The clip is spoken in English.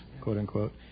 quote-unquote